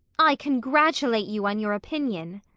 i congratulate you on your opinion!